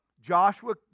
Joshua